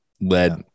lead